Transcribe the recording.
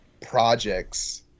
projects